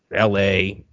la